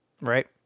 Right